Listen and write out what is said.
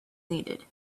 needed